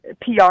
PR